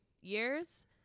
years